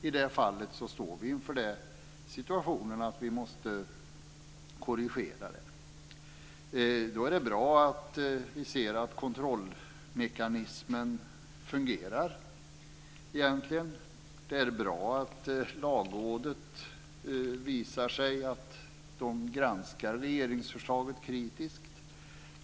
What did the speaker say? I det fallet står vi inför situationen att vi måste göra en korrigering. Då är det bra att vi ser att kontrollmekanismen fungerar. Det är bra att Lagrådet visar sig granska regeringsförslaget kritiskt.